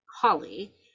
Holly